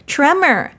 Tremor